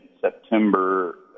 September